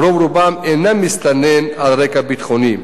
ורוב רובם אינם מסתננים על רקע ביטחוני,